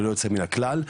ללא יוצא מן הכלל.